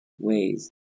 ways